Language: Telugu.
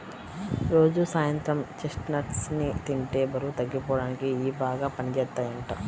రోజూ సాయంత్రం చెస్ట్నట్స్ ని తింటే బరువు తగ్గిపోడానికి ఇయ్యి బాగా పనిజేత్తయ్యంట